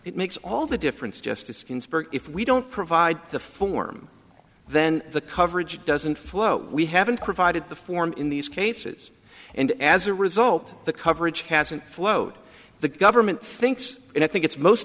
it makes all the difference justice ginsburg if we don't provide the form then the coverage doesn't flow we haven't provided the form in these cases and as a result the coverage hasn't followed the government thinks and i think it's most